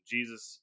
Jesus